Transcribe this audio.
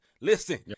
Listen